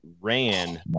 ran